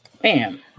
Bam